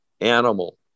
animal